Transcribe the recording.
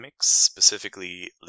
specifically